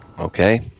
Okay